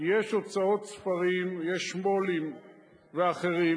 כי יש הוצאות ספרים, יש מו"לים ואחרים,